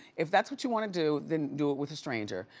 if that's what you want to do then do it with a stranger.